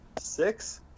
six